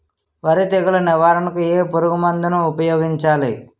వరి తెగుల నివారణకు ఏ పురుగు మందు ను ఊపాయోగించలి?